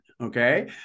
okay